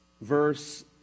Verse